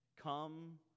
Come